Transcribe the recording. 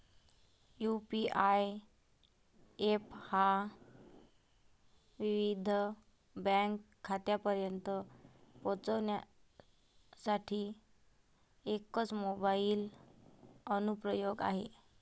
UPI app हा विविध bank खात्यांपर्यंत पोहोचण्यासाठी एकच मोबाइल अनुप्रयोग आहे